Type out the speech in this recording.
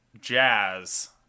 jazz